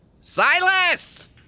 Silas